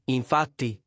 infatti